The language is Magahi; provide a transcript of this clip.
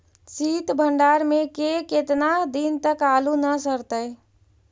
सित भंडार में के केतना दिन तक आलू न सड़तै?